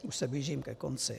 Už se blížím ke konci.